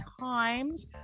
times